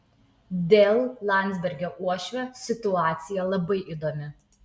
dėl landsbergio uošvio situacija labai įdomi